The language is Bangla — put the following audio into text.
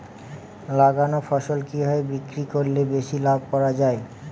লাগানো ফসল কিভাবে বিক্রি করলে বেশি লাভ করা যায়?